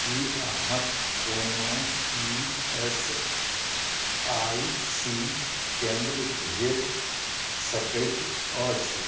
कि अहाँके कोनो ई एस आइ सी केन्द्र भेटि सकै अछि